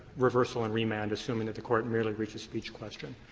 reversal and remand, assuming that the court merely reached the speech question.